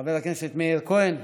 חבר הכנסת מאיר כהן,